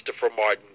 ChristopherMartin